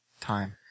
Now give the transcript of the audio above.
time